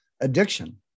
addiction